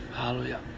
Hallelujah